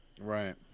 right